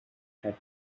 had